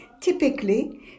Typically